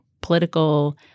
political